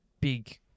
big